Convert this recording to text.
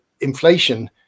inflation